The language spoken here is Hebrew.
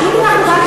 להגיד לאבו מאזן,